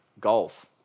golf